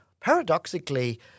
paradoxically